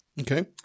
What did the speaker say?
Okay